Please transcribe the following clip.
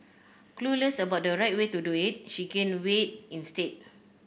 clueless about the right way to do it she gained weight instead